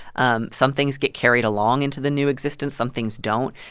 um some things get carried along into the new existence some things don't.